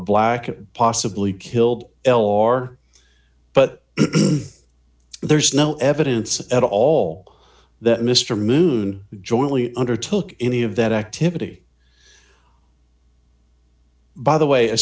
black and possibly killed l or but there's no evidence at all that mr moon jointly undertook any of that activity by the way as